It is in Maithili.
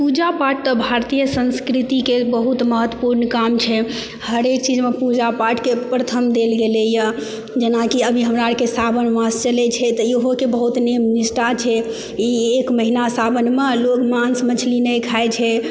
पूजा पाठ तऽ भारतीय संस्कृतिके बहुत महत्वपुर्ण काम छै हरेक चीजमे पूजा पाठके प्रथम देल गेलैया जेनाकि अभी हमरा आरके सावन मॉस चलै छै तऽ इहोके बहुत नियम निष्ठा छै ई एक महिना सावन मे लोक मासु मछली नहि खाइ छै